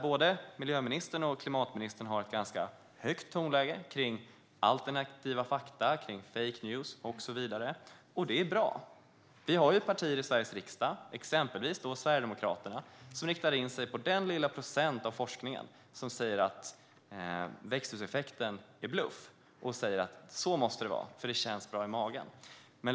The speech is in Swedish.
Både miljöministern och klimatministern har ett ganska högt tonläge kring alternativa fakta, fake news och så vidare, och det är bra. Vi har ju partier i Sveriges riksdag, exempelvis Sverigedemokraterna, som riktar in sig på den lilla procent av forskningen som säger att växthuseffekten är bluff. Man säger att det måste vara så, för det känns bra i magen.